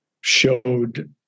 showed